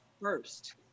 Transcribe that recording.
first